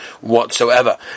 whatsoever